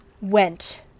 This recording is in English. went